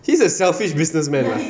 he's a selfish businessman lah